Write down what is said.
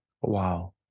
wow